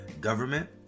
government